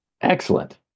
Excellent